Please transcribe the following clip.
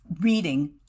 reading